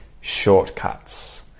shortcuts